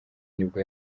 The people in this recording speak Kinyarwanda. nibwo